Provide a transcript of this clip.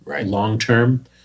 long-term